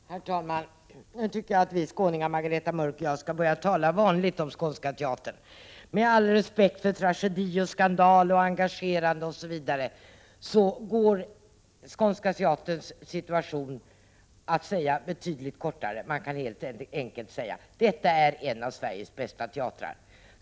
Herr talman! Nu tycker jag att vi skåningar, Margareta Mörck och jag, skall börja tala på vanligt sätt om Skånska teatern. Med all respekt för tragedi, skandal, engagemang, osv. så går Skånska teaterns situation att beskriva på ett betydligt mer kortfattat sätt. Man kan helt enkelt säga att Skånska teatern är en av Sveriges bästa teatrar.